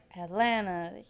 Atlanta